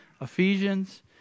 Ephesians